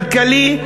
אם כלכלי,